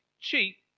cheap